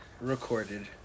recorded